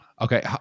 okay